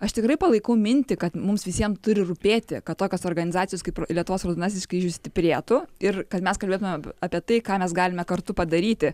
aš tikrai palaikau mintį kad mums visiems turi rūpėti kad tokios organizacijos kaip lietuvos raudonasis kryžius stiprėtų ir kad mes kalbėtumėm apie tai ką mes galime kartu padaryti